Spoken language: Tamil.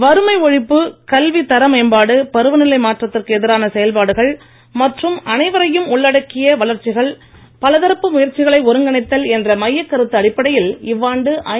வறுமை ஒழிப்பு கல்வித்தர மேம்பாடு பருவநிலை மாற்றத்திற்கு எதிரான செயல்பாடுகள் மற்றும் அனைவரையும் உள்ளடக்கிய வளர்ச்சிகள் பலதரப்பு முயற்சிகளை ஒருங்கிணைத்தல் என்ற மையக் கருத்து அடிப்படையில் இவ்வாண்டு ஐ